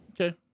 Okay